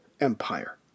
empire